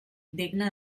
digna